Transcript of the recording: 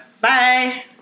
Bye